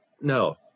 No